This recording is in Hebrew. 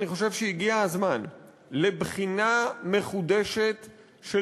אני חושב שהגיע הזמן לבחינה מחודשת של